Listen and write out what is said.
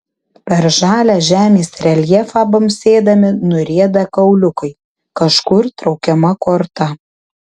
per žalią žemės reljefą bumbsėdami nurieda kauliukai kažkur traukiama korta